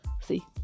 See